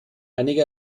einige